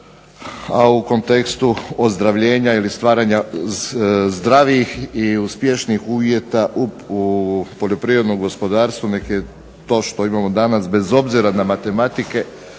a u kontekstu ozdravljenja ili stvaranja zdravijih i uspješnijih uvjeta u poljoprivrednom gospodarstvu. Nek je to što imamo danas bez obzira na matematike